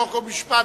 חוק ומשפט,